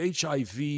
HIV